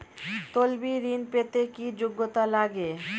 তলবি ঋন পেতে কি যোগ্যতা লাগে?